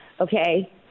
okay